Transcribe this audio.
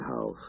house